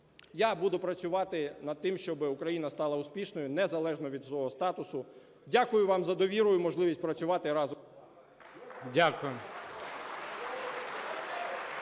я буду працювати над тим, щоб Україна стала успішною незалежно від свого статусу. Дякую вам за довіру і можливість працювати разом.